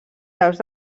graus